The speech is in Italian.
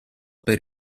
per